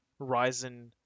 Ryzen